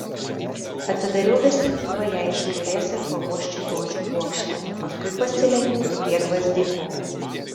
atidariau vėsintuvą jai iš kairės ir pauosčiau rožių puokštę paskui pasilenkiau prie gvazdikų